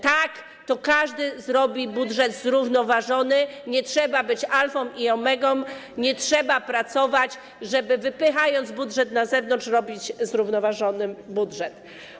Tak to każdy zrobi budżet zrównoważony, nie trzeba być alfą i omegą, nie trzeba pracować, żeby wypychając budżet na zewnątrz, robić zrównoważony budżet.